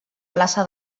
plaça